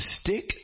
stick